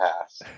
pass